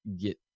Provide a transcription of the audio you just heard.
get